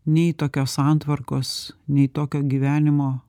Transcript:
nei tokios santvarkos nei tokio gyvenimo